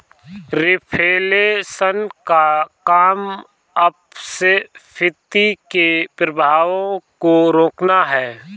reflation का काम अपस्फीति के प्रभावों को रोकना है